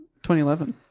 2011